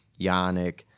Yannick